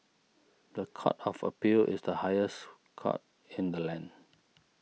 the Court of Appeal is the highest court in the land